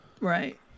Right